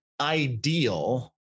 ideal